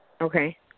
Okay